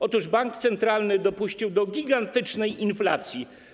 Otóż bank centralny dopuścił do gigantycznej inflacji.